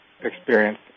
experience